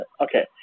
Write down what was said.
Okay